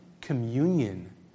communion